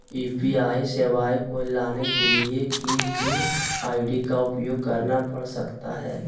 UPI सेवाएं को लाने के लिए किन किन आई.डी का उपयोग करना पड़ सकता है?